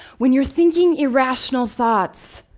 when you're thinking irrational thoughts,